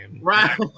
Right